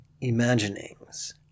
imaginings